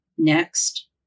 Next